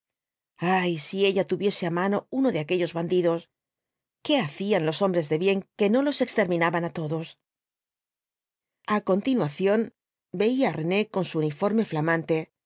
ay si ella tuviese á mano uno de aquellos bandidos qué hacían los hombres de bien que no los exterminaban á todos a continuación veía á rene con su uniforme flamante